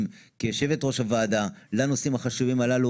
כיושבת ראש הוועדה לנושאים החשובים הללו